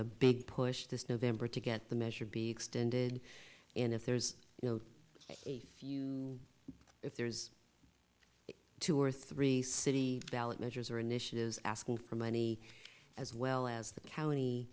be a big push this november to get the measure be extended and if there's you know a few if there's two or three city ballot measures are initiatives asking for money as well as the county